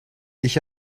ich